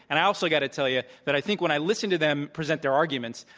and i also got to tell you that i think when i listen to them present their arguments,